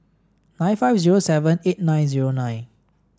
nine five zero seven eight nine zero nine